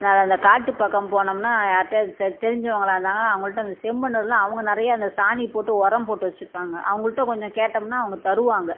நான் அந்த காட்டு பக்கம் போனோம்னால் யார்கிட்டையாவது த தெரிஞ்சவங்களாக இருந்தாங்கன்னால் அவுங்கள்ட்ட அந்த செம்மண்ணெலாம் அவங்க நிறையா அந்த சாணி போட்டு உரம் போட்டு வச்சுருப்பாங்க அவங்கள்ட்ட கொஞ்சம் கேட்டோம்னால் அவங்க தருவாங்க